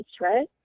right